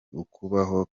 ukubaho